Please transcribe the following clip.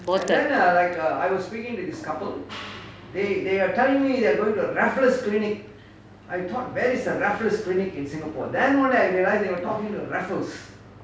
botol